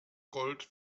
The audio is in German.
gold